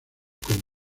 con